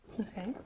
okay